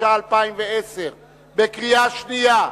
התש"ע 2010, קריאה שנייה,